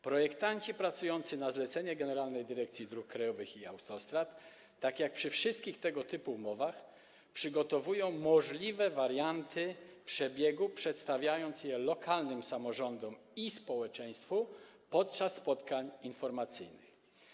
Projektanci pracujący na zlecenie Generalnej Dyrekcji Dróg Krajowych i Autostrad, tak jak przy wszystkich tego typu umowach, przygotowują możliwe warianty przebiegu, przedstawiając je lokalnym samorządom i społeczeństwu podczas spotkań informacyjnych.